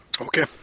okay